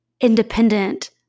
independent